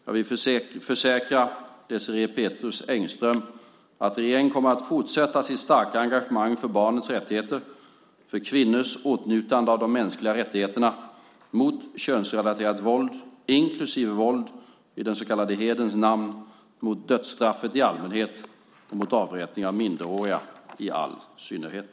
Jag vill försäkra Désirée Pethrus Engström att regeringen kommer att fortsätta sitt starka engagemang för barnets rättigheter, för kvinnors åtnjutande av de mänskliga rättigheterna, mot könsrelaterat våld inklusive våld i den så kallade hederns namn, mot dödsstraffet i allmänhet och mot avrättningar av minderåriga i all synnerhet.